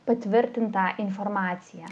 patvirtintą informaciją